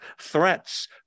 Threats